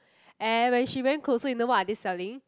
and when she went closer you know what are they selling